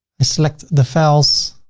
i select the files,